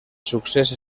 succés